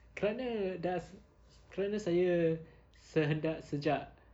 kerana dah se~ kerana saya sehendak sejak